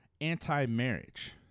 anti-marriage